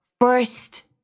first